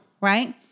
right